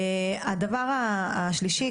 הדבר השלישי,